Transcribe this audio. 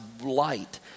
light